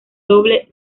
doble